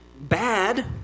bad